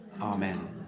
Amen